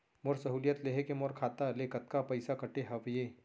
मोर सहुलियत लेहे के मोर खाता ले कतका पइसा कटे हवये?